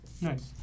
Nice